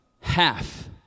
half-